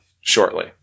shortly